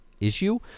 issue